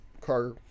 car